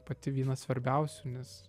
pati viena svarbiausių nes